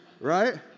Right